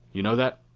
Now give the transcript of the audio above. you know that?